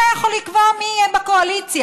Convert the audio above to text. אתה יכול לקבוע מי יהיה בקואליציה.